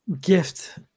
gift